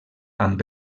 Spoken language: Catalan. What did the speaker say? amb